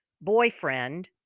boyfriend